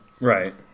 Right